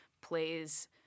plays